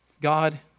God